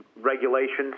regulations